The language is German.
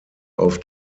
auf